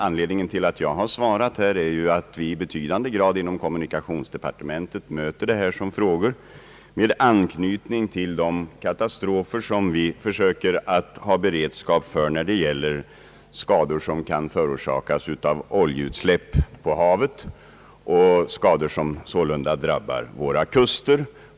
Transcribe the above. Anledningen till att det har fallit på mig att besvara herr Wirténs fråga är att vi inom kommunikationsdepartementet i betydande utsträckning möter frågor inom detta område med anknytning till de katastrofer som vi försöker ha beredskap för, nämligen skador som kan förorsakas av oljeutsläpp på havet och skador som sålunda drabbar våra kuster.